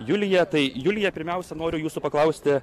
julija tai julija pirmiausia noriu jūsų paklausti